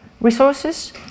resources